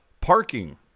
Parking